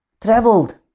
traveled